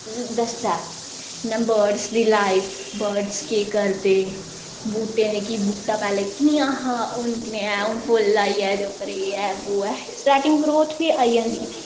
दस्सदा ऐ इ'यां बर्डस दी लाइफ बर्डस केह् करदे बहूटें दी कि बहूटा पैह्लें कनेहा हां हून कनेहा ऐ हून फुल्ल आई एह्दे उप्पर एह् ऐ वो ऐ स्टाटिंग ग्रोथ बी आई जांदी